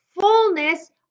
Fullness